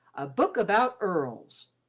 a book about earls.